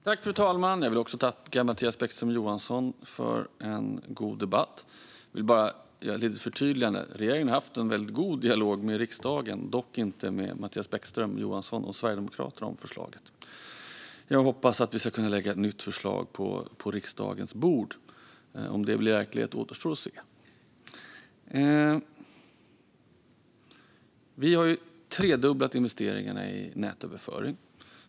Fru talman! Jag vill också tacka Mattias Bäckström Johansson för en god debatt. Jag vill bara göra ett litet förtydligande. Regeringen har haft en väldigt god dialog med riksdagen om förslaget, dock inte med Mattias Bäckström Johansson och Sverigedemokraterna. Jag hoppas att vi ska kunna lägga ett nytt förslag på riksdagens bord. Om detta blir verklighet återstår att se. Vi har tredubblat investeringarna i nätöverföring.